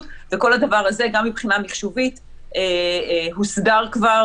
וכל הדבר הזה גם מבחינה מחשובית הוסדר כבר,